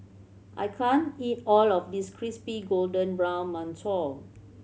I can't eat all of this crispy golden brown mantou